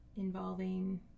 Involving